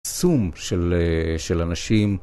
סום של אנשים.